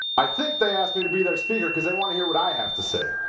i think they asked me to be their speaker, because they want to hear what i have to say.